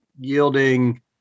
yielding